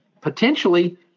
potentially